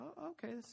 okay